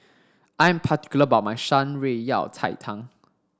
I'm particular about my Shan Rui Yao Cai Tang